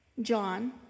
John